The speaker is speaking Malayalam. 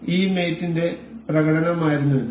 അതിനാൽ ഈ മേറ്റ് ന്റെ പ്രകടനമായിരുന്നു ഇത്